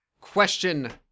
Question